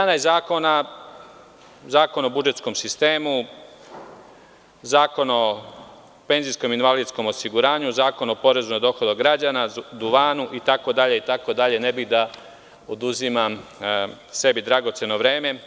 Jedanaest zakona, Zakon o budžetskom sistemu, Zakon o penzijskom i invalidskom osiguranju, Zakon o porezu na dohodak građana, duvanu, itd, ne bih da oduzimam sebi dragoceno vreme.